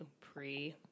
pre-